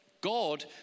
God